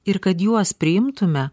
ir kad juos priimtume